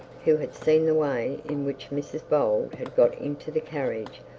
who had seen the way in which mrs bold had got into the carriage,